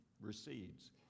recedes